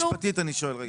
משפטית אני שואל.